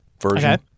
version